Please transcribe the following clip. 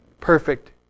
perfect